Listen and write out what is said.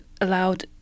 allowed